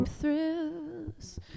thrills